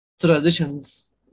traditions